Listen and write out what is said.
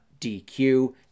DQ